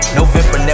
November